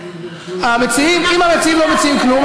אם המציעים לא מציעים כלום,